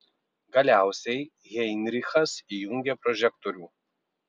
galiausiai heinrichas įjungė prožektorių